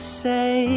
say